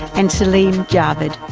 and saleem javed,